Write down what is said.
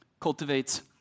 cultivates